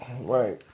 Right